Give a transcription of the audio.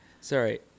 Sorry